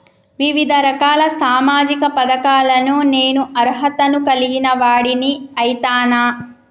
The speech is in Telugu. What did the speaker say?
వివిధ రకాల సామాజిక పథకాలకు నేను అర్హత ను కలిగిన వాడిని అయితనా?